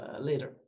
later